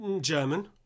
German